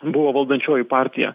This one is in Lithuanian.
buvo valdančioji partija